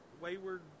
Wayward